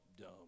dumb